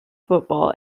football